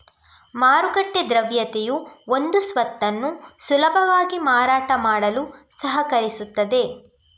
ಮಾರುಕಟ್ಟೆ ದ್ರವ್ಯತೆಯು ಒಂದು ಸ್ವತ್ತನ್ನು ಸುಲಭವಾಗಿ ಮಾರಾಟ ಮಾಡಲು ಸಹಕರಿಸುತ್ತದೆ